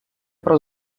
про